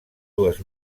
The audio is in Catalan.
dues